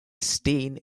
stain